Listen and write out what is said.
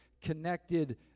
connected